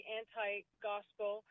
anti-gospel